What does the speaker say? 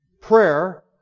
prayer